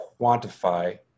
quantify